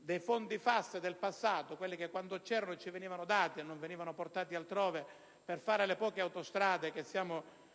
dei fondi FAS del passato (quelli che, quando c'erano, ci venivano dati e non venivano portati altrove), per costruire le poche autostrade che siamo riusciti